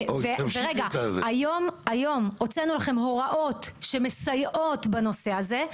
היום הוצאנו לכם הוראות שמסייעות בנושא הזה,